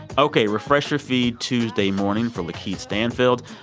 ok, refresh your feed tuesday morning for lakeith stanfield.